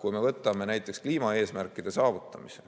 Kui me võtame näiteks kliimaeesmärkide saavutamise,